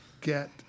get